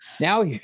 Now